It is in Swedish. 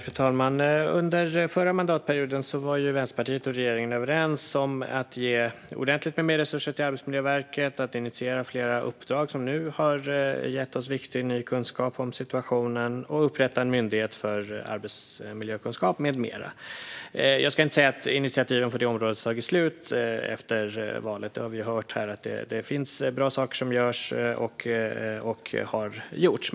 Fru talman! Under förra mandatperioden var Vänsterpartiet och regeringen överens om att ge ordentligt med mer resurser till Arbetsmiljöverket, att initiera flera uppdrag som nu har gett oss viktig, ny kunskap om situationen, att upprätta en myndighet för arbetsmiljökunskap med mera. Jag ska inte säga att initiativen på området har tagit slut efter valet. Vi har hört här att bra saker görs och har gjorts.